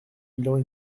bilan